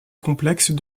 complexe